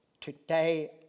Today